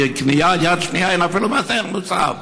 בקנייה יד שנייה אין אפילו מס ערך מוסף.